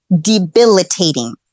debilitating